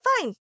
Fine